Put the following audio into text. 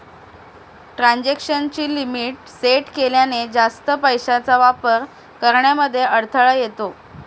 transaction ची limit set केल्याने, जास्त पैशांचा वापर करण्यामध्ये अडथळा येतो